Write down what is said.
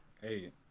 Hey